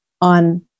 on